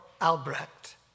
Albrecht